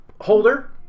Holder